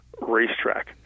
racetrack